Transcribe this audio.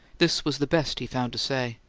this was the best he found to say.